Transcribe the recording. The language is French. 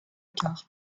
carte